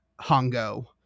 Hongo